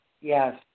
Yes